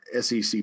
SEC